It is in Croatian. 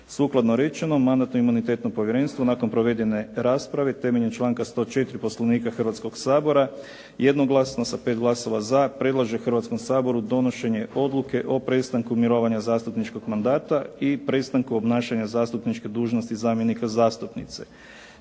Sukladno rečenom Mandatno-imunitetno povjerenstvo nakon provedene rasprave temeljem članka 104. Poslovnika Hrvatskoga sabora jednoglasno sa 5 glasova za predlaže Hrvatskom saboru donošenje Odluke o prestanku mirovanja zastupničkog mandata i prestanku obnašanja zastupničke dužnosti zamjenika zastupnice.